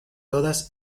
todas